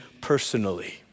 personally